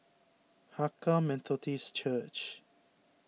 Hakka Methodist Church